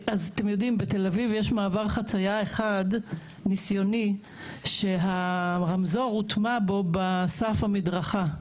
בתל-אביב יש מעבר חצייה אחד ניסיוני שהרמזור הוטמע בו בסף המדרכה,